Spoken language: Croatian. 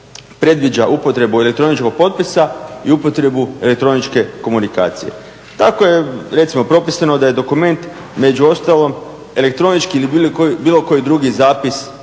predviđa upotrebu elektroničkog potpisa i upotrebu elektroničke komunikacije. Tako je recimo propisano da je dokument među ostalim elektronički ili bilo koji drugi zapis